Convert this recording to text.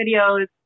videos